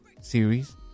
series